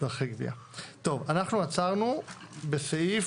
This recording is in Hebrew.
אנחנו עצרנו בעמ'